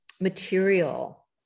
material